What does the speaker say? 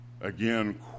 again